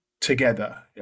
together